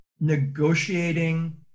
negotiating